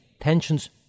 tensions